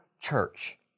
church